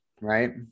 Right